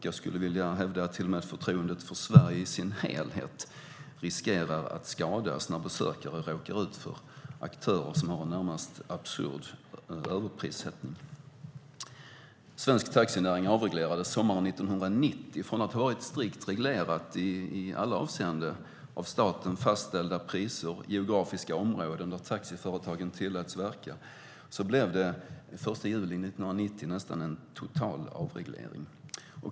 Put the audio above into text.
Jag skulle vilja hävda att till och med förtroendet för Sverige i sin helhet riskerar att skadas när besökare råkar ut för aktörer som har en närmast absurd överprissättning. Svensk taxinäring avreglerades sommaren 1990. Från att ha varit strikt reglerad i alla avseenden med av staten fastställda priser och geografiska områden där taxiföretagen tilläts verka blev det den 1 juli 1990 en nästan total avreglering.